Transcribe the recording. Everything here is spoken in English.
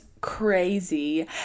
crazy